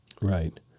Right